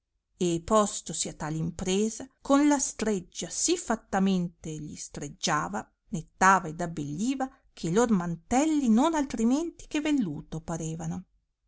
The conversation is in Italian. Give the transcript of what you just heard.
e postosi a tale impresa con la streggia sì fattamente gli streggiava nettava ed abbelliva che i lor mantelli non altrimenti che velluto parevano